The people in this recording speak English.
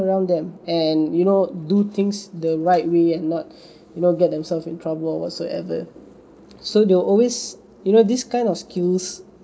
around them and you know do things the right way and not you know get themselves in trouble whatsoever so they always you know this kind of skills